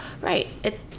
Right